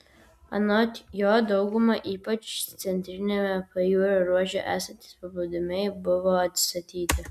anot jo dauguma ypač centriniame pajūrio ruože esantys paplūdimiai buvo atstatyti